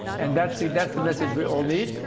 and that's the that's the message we all need.